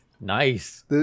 Nice